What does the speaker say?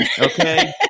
Okay